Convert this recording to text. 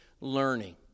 learning